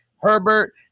Herbert